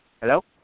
Hello